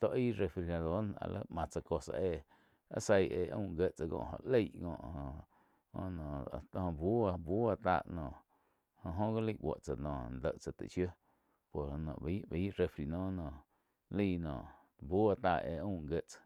tó aig refrigerador áh máh tsá cosa éh. Áh záih éh aum jíe tsáh có jo leig jo noh buo-buo tá jo-jo gi laig déh tsáh taig shíu baí-baí refri noh laí noh búo tá éh aum tsáh.